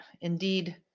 indeed